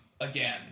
again